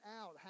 out